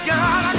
God